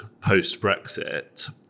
post-Brexit